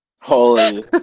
holy